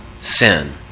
sin